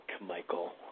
Michael